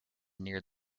near